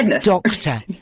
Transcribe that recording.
doctor